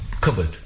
covered